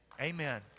Amen